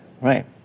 Right